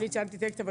אני ציינתי את אלקטרה,